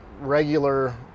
regular